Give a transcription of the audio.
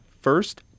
First